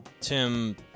Tim